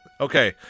Okay